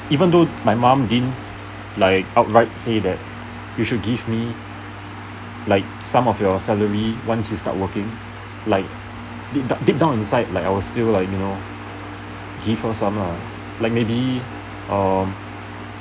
even though my mum didn't like outright say that you should give me like some of your salary once you start working like deep down deep down inside like I will still like you know give her some lah like maybe um